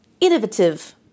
innovative